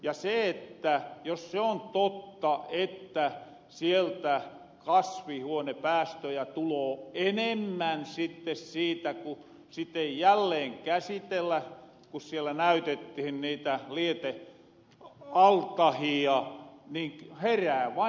ja jos se on totta että sieltä kasvihuonepäästöjä tuloo enemmän sitte siitä ku sitä ei jälleenkäsitellä ku siellä näytettihin niitä lietealtahia niin herää vain kysymys